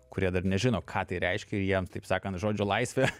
kurie dar nežino ką tai reiškia jiems taip sakant žodžio laisvė